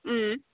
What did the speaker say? उम्